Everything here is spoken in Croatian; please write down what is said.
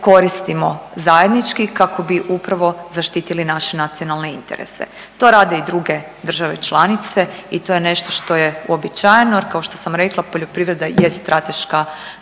koristimo zajednički kako bi upravo zaštitili naše nacionalne interese. To rade i druge države članice i to je nešto što je uobičajeno, jer kao što sam rekla poljoprivreda je strateška